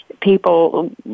people